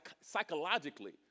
psychologically